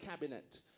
cabinet